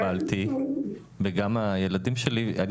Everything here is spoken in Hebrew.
שקיבלתי וגם הילדים שלי אני